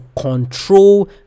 control